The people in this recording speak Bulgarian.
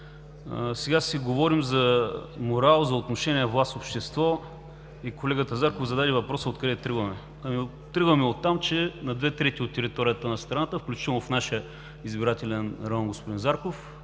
Сега ще си говорим за морал, за отношение власт – общество, и колегата Зарков зададе въпроса откъде тръгваме. Ами, тръгваме оттам, че на две трети от територията на страната, включително в нашия избирателен район, господин Зарков,